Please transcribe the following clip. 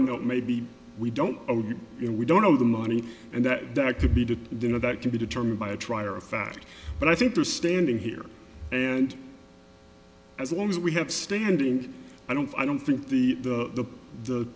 enough maybe we don't you know we don't know the money and that that could be to deny that can be determined by a trier of fact but i think they're standing here and as long as we have standing and i don't i don't think the the t